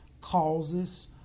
causes